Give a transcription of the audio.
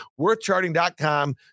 worthcharting.com